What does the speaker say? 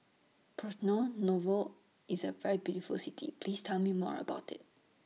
Porto Novo IS A very beautiful City Please Tell Me More about IT